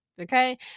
Okay